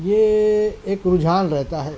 یہ ایک رجحان رہتا ہے